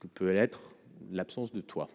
Que peut être l'absence de toi.